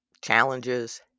challenges